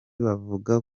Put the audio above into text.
bavuga